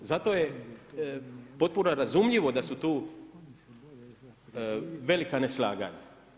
Zato je potpuno razumljivo da su tu velika neslaganja.